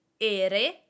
ERE